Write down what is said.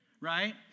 right